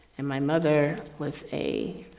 and my mother was a